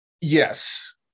yes